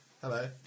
Hello